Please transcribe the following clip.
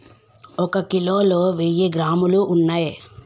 ఒక కిలోలో వెయ్యి గ్రాములు ఉన్నయ్